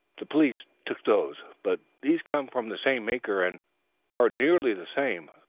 the police took those but these come from the same maker and are nearly the same,